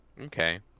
Okay